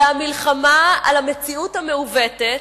אלא מלחמה על המציאות המעוותת,